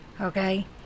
Okay